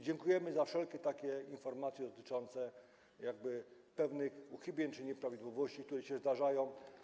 Dziękujemy za wszelkie informacje dotyczące pewnych uchybień czy nieprawidłowości, które się zdarzają.